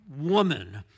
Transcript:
woman